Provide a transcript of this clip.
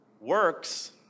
Works